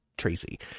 Tracy